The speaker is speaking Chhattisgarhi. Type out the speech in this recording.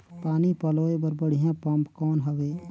पानी पलोय बर बढ़िया पम्प कौन हवय?